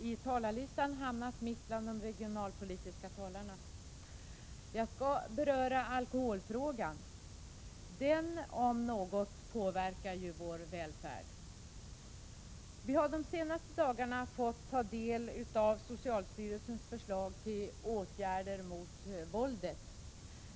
på talarlistan har hamnat mitt bland de regionalpolitiska talarna. Jag skall beröra alkoholfrågan. Den om något påverkar ju vår välfärd. Vi har de senaste dagarna fått ta del av socialstyrelsens förslag till åtgärder mot våldet.